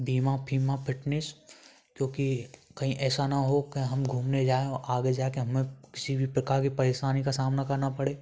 बीमा फीमा फिटनेस क्योंकि कहीं ऐसा ना हो की हम घूमने जाएँ आगे जाकर हमें किसी भी प्रकार के परेशानी का सामना करना पड़े